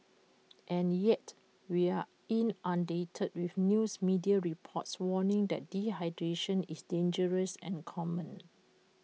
and yet we are inundated with news media reports warning that dehydration is dangerous and common